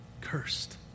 cursed